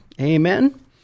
Amen